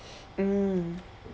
mm